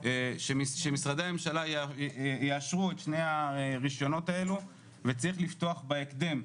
שמשרדי הממשלה יאשרו את שני הרישיונות האלו וצריך לפתוח בהקדם,